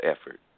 effort